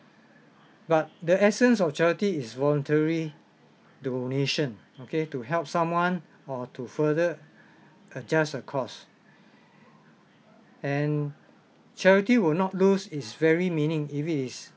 but the essence of charity is voluntary donation okay to help someone or to further adjust a cost and charity will not lose its very meaning if it is